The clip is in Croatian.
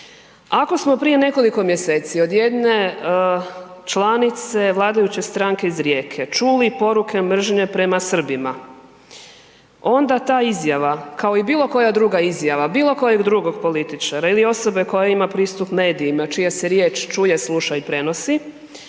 Ako smo prije nekoliko mjeseci od jedne članice vladajuće stranke iz Rijeke čuli poruke mržnje prema Srbima, onda ta izjava kao i bilokoja druga izjava bilokojeg drugog političara ili osobe koja ima pristup medijima čija se riječ čuje, sluša i prenosi,